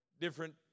different